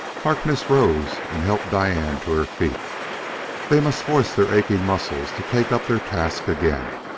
harkness rose and helped diane to her feet they must force their aching muscles to take up their task again.